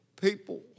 people